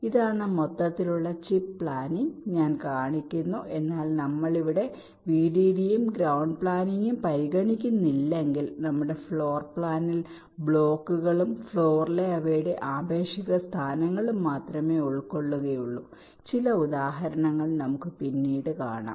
ഇതാണ് മൊത്തത്തിലുള്ള chip planning ഞാൻ കാണിക്കുന്നു എന്നാൽ നമ്മൾ ഇവിടെ വിഡിഡിയും ഗ്രൌണ്ട് പ്ലാനിംഗും പരിഗണിക്കുന്നില്ലെങ്കിൽ നമ്മുടെ ഫ്ലോർ പ്ലാനിൽ ബ്ലോക്കുകളും ഫ്ലോറിലെ അവയുടെ ആപേക്ഷിക സ്ഥാനങ്ങളും മാത്രമേ ഉൾക്കൊള്ളുകയുള്ളൂ ചില ഉദാഹരണങ്ങൾ പിന്നീട് നമുക്ക് കാണാം